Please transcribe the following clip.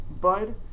bud